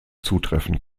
zutreffen